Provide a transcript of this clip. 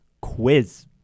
quiz